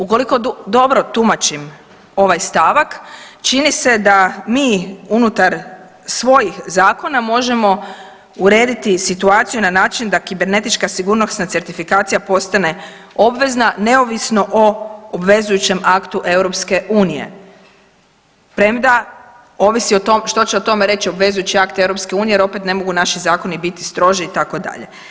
Ukoliko dobro tumačim ovaj stavak čini se da mi unutar svojih zakona možemo urediti situaciju na način da kibernetička sigurnosna certifikacija postane obvezna neovisno o obvezujućem aktu EU premda ovisi o tom, što će o tome reći obvezujući akt EU jer opet ne mogu naši zakoni biti stroži itd.